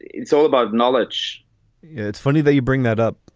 it's all about knowledge it's funny that you bring that up.